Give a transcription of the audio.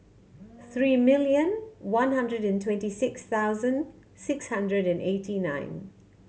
three million one hundred and twenty six thousand six hundred and eighty nine